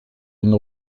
une